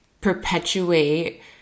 perpetuate